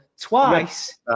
twice